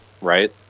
Right